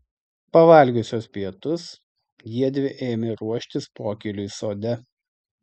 pavalgiusios pietus jiedvi ėmė ruoštis pokyliui sode